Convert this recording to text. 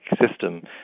system